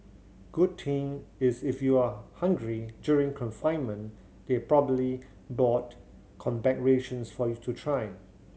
good thing is if you're hungry during confinement they probably bought combat rations for you to try